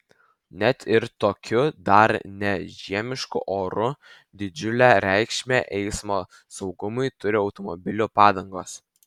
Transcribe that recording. net ir tokiu dar ne žiemišku oru didžiulę reikšmę eismo saugumui turi automobilių padangos